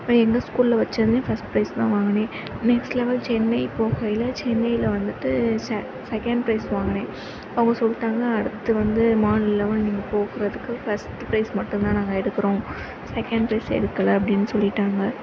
அப்புறம் எங்கள் ஸ்கூலில் வச்சதுலியும் ஃபர்ஸ்ட் பிரைஸ் தான் வாங்கினேன் நெக்ஸ்ட் லெவல் சென்னை போகையில் சென்னையில் வந்துவிட்டு செ செகண்ட் பிரைஸ் வாங்கினேன் அவங்க சொல்ட்டாங்க அடுத்து வந்து மாநில லெவலில் நீங்கள் போக்கறதுக்கு ஃபர்ஸ்ட்டு பிரைஸ் மட்டுந்தான் நாங்கள் எடுக்கிறோம் செகண்ட் பிரைஸ் எடுக்கலை அப்படின் சொல்லிவிட்டாங்க